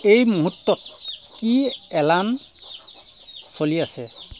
এই মুহূৰ্তত কি এলাৰ্ম চলি আছে